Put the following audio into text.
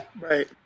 right